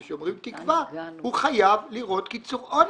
כשאומרים "תקווה" - הוא חייב לראות קיצור עונש.